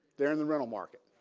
they're in the rental market.